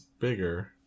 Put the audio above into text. bigger